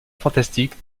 fantastique